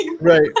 Right